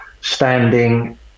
standing